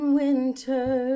winter